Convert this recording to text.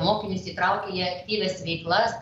mokinius įtraukia į aktyvias veiklas